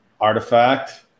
Artifact